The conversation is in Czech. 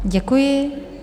Děkuji.